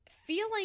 Feeling